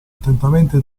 attentamente